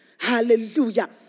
Hallelujah